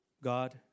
God